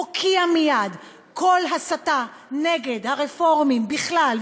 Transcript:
הוקיע מייד כל הסתה נגד הרפורמים בכלל,